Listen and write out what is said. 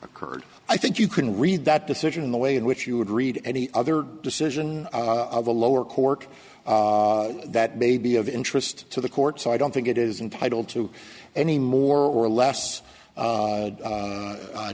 occurred i think you can read that decision in the way in which you would read any other decision of a lower court that may be of interest to the court so i don't think it is entitled to any more or less